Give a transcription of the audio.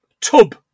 tub